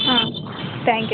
thank you